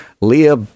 Leah